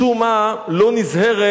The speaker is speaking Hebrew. משום מה, לא נזהרת.